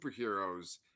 superheroes